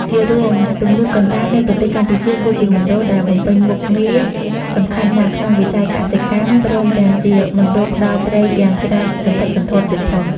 ជារួម ទំនាបកណ្ដាលនៃប្រទេសកម្ពុជា គឺជាមណ្ឌលដែលបំពេញមុខងារសំខាន់ណាស់ក្នុងវិស័យកសិកម្ម ព្រមទាំងជាមណ្ឌលផ្ដល់ត្រីយ៉ាងច្រើនសន្ធឹកសន្ធាប់ទៀតផង។